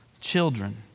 Children